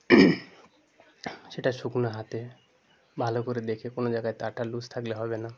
সেটা শুকনো হাতে ভালো করে দেখে কোনো জায়গায় তার টার লুজ থাকলে হবে না